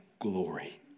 glory